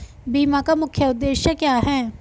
बीमा का मुख्य उद्देश्य क्या है?